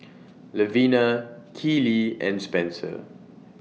Levina Keely and Spenser